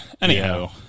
anyhow